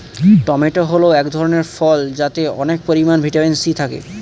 tomato হল এক ধরনের ফল যাতে অনেক পরিমান ভিটামিন সি থাকে